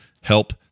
Help